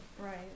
right